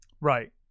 Right